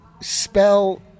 Spell